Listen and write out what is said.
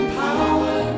power